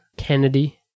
Kennedy